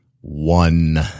One